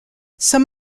some